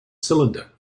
cylinder